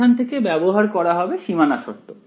সেখান থেকে ব্যবহার করা হবে সীমানা শর্ত